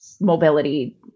mobility